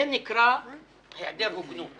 זה נקרא היעדר הוגנות